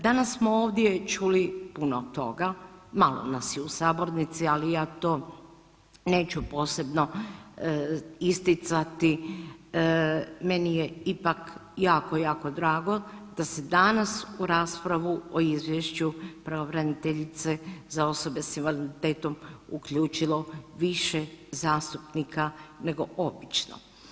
Danas smo ovdje čuli puno toga, malo nas je u sabornici, ali ja to neću posebno isticati, meni je ipak jako, jako drago da se danas u raspravu o izvješću pravobraniteljice za osobe s invaliditetom uključilo više zastupnika nego obično.